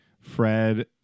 Fred